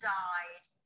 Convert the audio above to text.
died